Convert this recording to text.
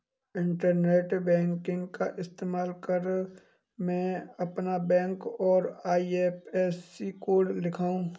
internet banking का इस्तेमाल कर मैं अपना बैंक और आई.एफ.एस.सी कोड लिखूंगा